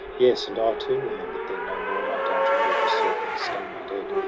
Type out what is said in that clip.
yes, and i, too, remember'd then no more my dungeon, where the serpents stung me dead,